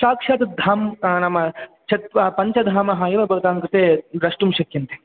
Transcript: साक्षात् धां नाम चत्वा पञ्चधामः एव भवतां कृते द्रष्टुं शक्यन्ते